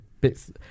bits